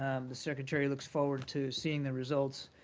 the secretary looks forward to seeing the results.